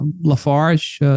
lafarge